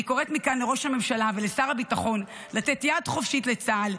אני קוראת מכאן לראש הממשלה ולשר הביטחון לתת יד חופשית לצה"ל,